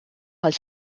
als